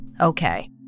okay